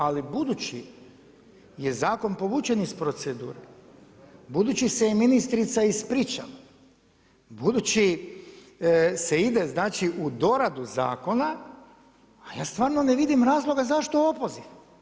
Ali budući je zakon povučen iz procedure, budući se i ministrica i ispričala, budući se ide, znači u doradu zakona a ja stvarno ne vidim razloga zašto opoziv.